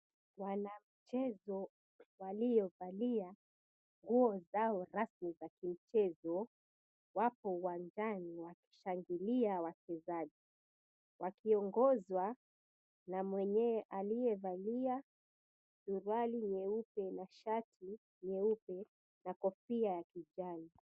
Wanamchezo waliovalia nguo zao rasmi za kimchezo, wapo uwanjani wakishangilia wachezaji wakiongozwa na mwenye aliyevali suruali nyeupe na shati nyeupe na kofia ya kijani.